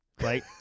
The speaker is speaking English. Right